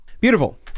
Beautiful